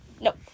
Nope